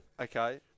Okay